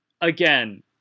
again